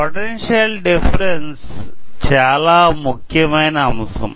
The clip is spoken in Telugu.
పొటెన్షియల్ డిఫరెన్స్ చాలా ముఖ్యమయిన అంశం